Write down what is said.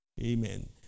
Amen